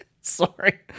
Sorry